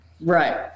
Right